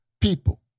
people